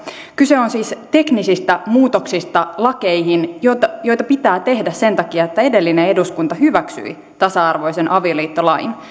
kyse on siis lakeihin tehtävistä teknisistä muutoksista joita joita pitää tehdä sen takia että edellinen eduskunta hyväksyi tasa arvoisen avioliittolain